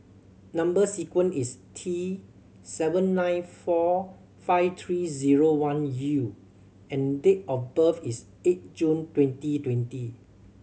number sequence is T seven nine four five three zero one U and date of birth is eight June twenty twenty